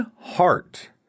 heart